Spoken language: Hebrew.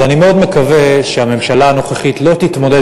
אז אני מאוד מקווה שהממשלה הנוכחית לא תתמודד